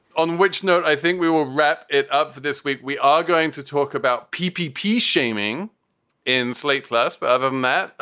on which note, i think we will wrap it up for this week. we are going to talk about pee pee pee shaming in slate plus but whatever, ah matt.